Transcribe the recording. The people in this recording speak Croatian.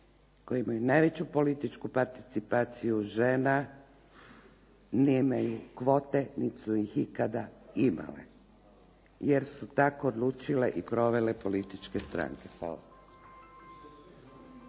koje imaju najveću političku participaciju žena nemaju kvote niti su ih ikada imale jer su tako odlučile i provele političke stranke.